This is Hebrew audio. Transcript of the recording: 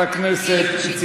הכנסת נחמן